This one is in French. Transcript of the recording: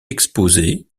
exposée